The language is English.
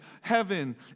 heaven